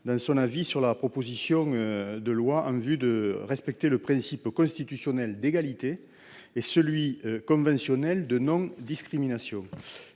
dans son avis sur la présente proposition de loi en vue de respecter le principe constitutionnel d'égalité et le principe conventionnel de non-discrimination.